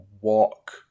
walk